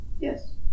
Yes